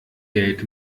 geld